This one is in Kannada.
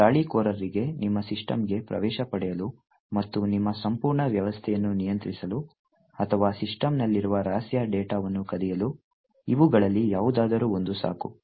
ದಾಳಿಕೋರರಿಗೆ ನಿಮ್ಮ ಸಿಸ್ಟಮ್ಗೆ ಪ್ರವೇಶ ಪಡೆಯಲು ಮತ್ತು ನಿಮ್ಮ ಸಂಪೂರ್ಣ ವ್ಯವಸ್ಥೆಯನ್ನು ನಿಯಂತ್ರಿಸಲು ಅಥವಾ ಸಿಸ್ಟಮ್ನಲ್ಲಿರುವ ರಹಸ್ಯ ಡೇಟಾವನ್ನು ಕದಿಯಲು ಇವುಗಳಲ್ಲಿ ಯಾವುದಾದರೂ ಒಂದು ಸಾಕು